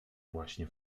właśnie